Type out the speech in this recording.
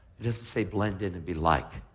it doesn't say blend in and be liked.